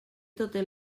totes